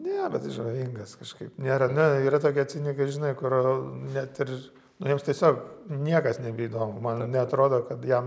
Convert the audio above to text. ne bet jis žavingas kažkaip nėra na yra tokie cinikai žinai kur net ir jiems tiesiog niekas nebeįdomu man neatrodo kad jam